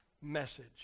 message